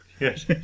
Yes